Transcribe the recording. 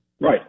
Right